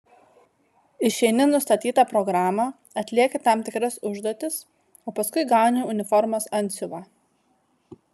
išeini nustatytą programą atlieki tam tikras užduotis o paskui gauni uniformos antsiuvą